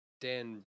Dan